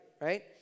right